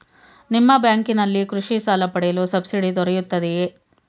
ನಿಮ್ಮ ಬ್ಯಾಂಕಿನಲ್ಲಿ ಕೃಷಿ ಸಾಲ ಪಡೆಯಲು ಸಬ್ಸಿಡಿ ದೊರೆಯುತ್ತದೆಯೇ?